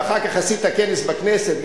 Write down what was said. ואחר כך עשית כנס בכנסת,